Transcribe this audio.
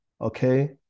Okay